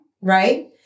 Right